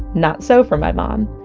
not so for my mom!